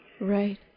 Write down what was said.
Right